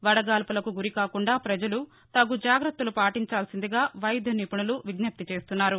వడగాల్పులకు గురికాకుండా పజలు తగు జాగ్రత్తలు పాటించాల్సిందిగా వైద్య నిపుణులు విజ్ఞప్తి చేస్తున్నారు